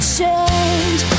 change